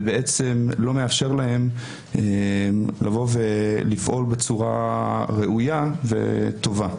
ולא מאפשרת להם לפעול בצורה ראויה וטובה,